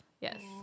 Yes